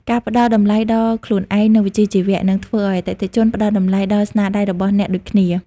ការផ្ដល់តម្លៃដល់ខ្លួនឯង និងវិជ្ជាជីវៈ នឹងធ្វើឱ្យអតិថិជនផ្ដល់តម្លៃដល់ស្នាដៃរបស់អ្នកដូចគ្នា។